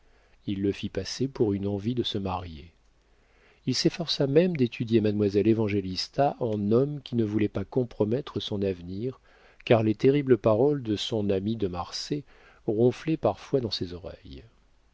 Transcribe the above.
il le fit passer pour une envie de se marier il s'efforça même d'étudier mademoiselle évangélista en homme qui ne voulait pas compromettre son avenir car les terribles paroles de son ami de marsay ronflaient parfois dans ses oreilles